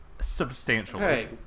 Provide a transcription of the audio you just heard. Substantially